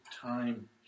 time